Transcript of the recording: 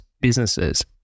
businesses